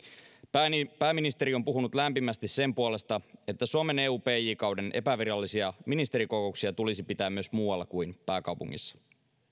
pääministeri on puhunut lämpimästi sen puolesta että suomen eu pj kauden epävirallisia ministerikokouksia tulisi pitää myös muualla kuin pääkaupungissa